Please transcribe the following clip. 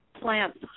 plants